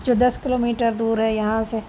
جو دس kilometre دور ہے یہاں سے